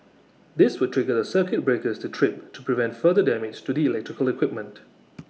this would trigger the circuit breakers to trip to prevent further damage to the electrical equipment